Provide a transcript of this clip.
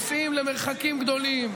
נוסעים למרחקים גדולים,